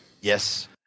Yes